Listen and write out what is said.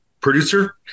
producer